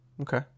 Okay